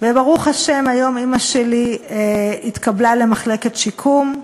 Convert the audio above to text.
וברוך השם, היום אימא שלי התקבלה למחלקת שיקום,